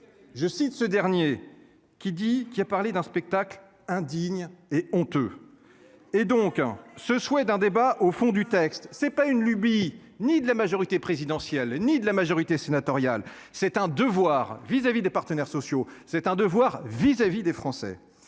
Je cite ce dernier qui dit qu'a parlé d'un spectacle indigne et honteux. Et donc ce souhait d'un débat au fond du texte. C'est pas une lubie, ni de la majorité présidentielle, ni de la majorité sénatoriale. C'est un devoir vis-à-vis des partenaires sociaux, c'est un devoir vis-à-vis des Français